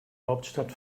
hauptstadt